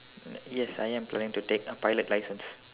uh yes I am planning to take a pilot license